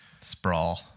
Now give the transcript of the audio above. Sprawl